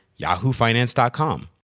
YahooFinance.com